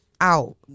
out